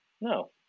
no